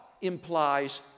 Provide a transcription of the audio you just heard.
implies